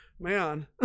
man